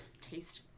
taste